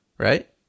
Right